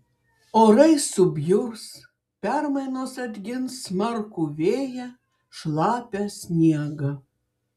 orai subjurs permainos atgins smarkų vėją šlapią sniegą